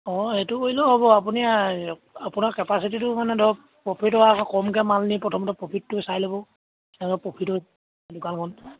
অঁ সেইটো কৰিলেও হ'ব আপুনি আপোনাৰ কেপাচিটিটো মানে ধৰক প্ৰফিট হোৱা বা কমকৈ মাল নি প্ৰথমতে প্ৰফিটটো চাই ল'ব তেনেকৈ প্ৰফিট হ'ল দোকানখন